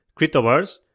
Cryptoverse